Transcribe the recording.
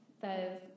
says